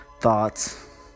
thoughts